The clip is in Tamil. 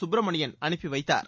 சுப்பிரமணியன் அனுப்பி வைத்தார்